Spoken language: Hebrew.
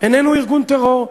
איננו ארגון טרור.